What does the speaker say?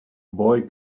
boy